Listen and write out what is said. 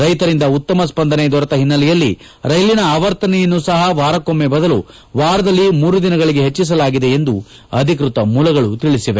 ರೈತರಿಂದ ಉತ್ತಮ ಸ್ವಂದನೆ ದೊರೆತ ಹಿನ್ನೆಲೆಯಲ್ಲಿ ರೈಲಿನ ಆವರ್ತನೆಯನ್ನು ಸಹ ವಾರಕ್ಕೊಮ್ನೆಯ ಬದಲು ವಾರದಲ್ಲಿ ಮೂರು ದಿನಗಳಿಗೆ ಹೆಚ್ಚಿಸಲಾಗಿದೆ ಎಂದು ಅಧಿಕೃತ ಮೂಲಗಳು ತಿಳಿಸಿದೆ